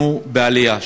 אנחנו בעלייה.